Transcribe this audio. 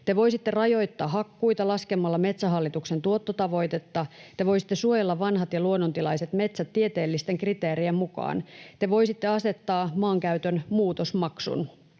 Te voisitte rajoittaa hakkuita laskemalla Metsähallituksen tuottotavoitetta, te voisitte suojella vanhat ja luonnontilaiset metsät tieteellisten kriteerien mukaan. Te voisitte asettaa maankäytön muutosmaksun,